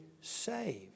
saved